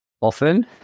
often